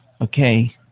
Okay